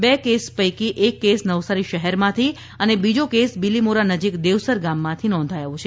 બે કેસ પૈકી એક કેસ નવસારી શહેરમાંથી અને બીજો કેસ બીલીમોરા નજીક દેવસર ગામમાંથી નોંધાયો છે